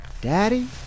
Daddy